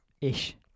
Ish